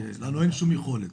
כי לנו אין שום יכולת.